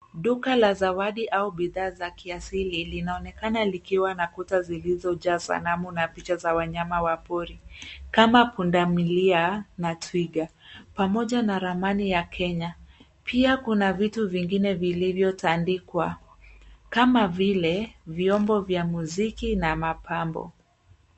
Duka la zawadi au bidhaa za kiasili linaonekana likiwa na kuta zilizojaa sanamu na picha za wanyama wa pori kama pundamilia na twiga pamoja na ramani ya Kenya. Pia kuna vitu vingine vilivyotandikwa kama vile vyombo vya muziki na mapambo.